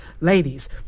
Ladies